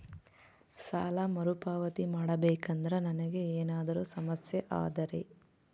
ಸಾಲ ಮರುಪಾವತಿ ಮಾಡಬೇಕಂದ್ರ ನನಗೆ ಏನಾದರೂ ಸಮಸ್ಯೆ ಆದರೆ?